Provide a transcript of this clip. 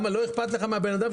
לא אכפת לך מן האדם,